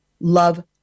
Love